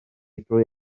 drwy